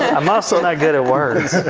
i'm also not good at words.